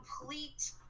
complete